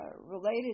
related